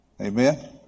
Amen